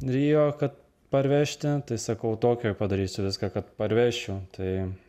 rio kad parvežti tai sakau tokijuj padarysiu viską kad parvešiu tai